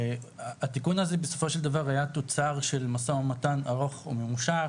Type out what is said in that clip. התיקון הזה בסופו של דבר היה תוצר של משא ומתן ארוך וממושך